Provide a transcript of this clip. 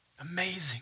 Amazing